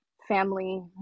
family